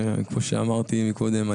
כמו שאמרתי מקודם,